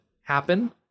happen